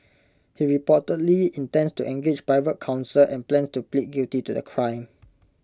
he reportedly intends to engage private counsel and plans to plead guilty to the crime